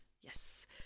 Yes